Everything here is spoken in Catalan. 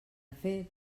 fet